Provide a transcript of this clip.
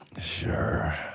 Sure